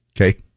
Okay